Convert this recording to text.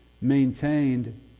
maintained